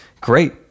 great